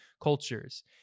cultures